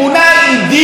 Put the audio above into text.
וואו.